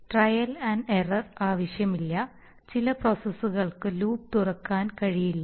ട്രയലും പിശകും ആവശ്യമില്ല ചില പ്രോസസ്സുകൾക്ക് ലൂപ്പ് തുറക്കാൻ കഴിയില്ല